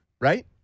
Right